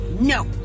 No